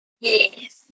Yes